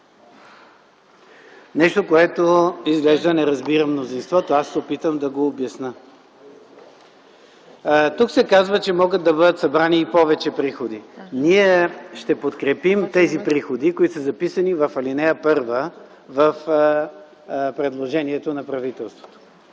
нещо, което изглежда не разбира мнозинството, аз ще се опитам да го обясня. Тук се казва, че могат да бъдат събрани и повече приходи. Ние ще подкрепим тези приходи, които са записани в ал. 1 в предложението на правителството.